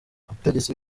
abategetsi